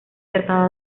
trataba